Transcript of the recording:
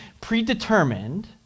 predetermined